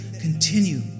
continue